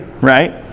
right